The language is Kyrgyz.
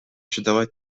чыдабай